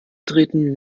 treten